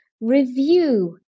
Review